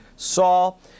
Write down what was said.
Saul